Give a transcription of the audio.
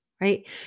right